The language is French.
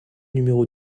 numéro